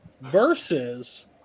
versus